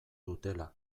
dutela